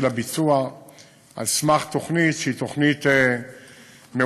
הביצוע על סמך תוכנית שהיא תוכנית מאושרת,